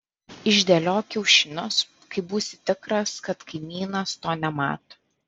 išdėliok kiaušinius kai būsi tikras kad kaimynas to nemato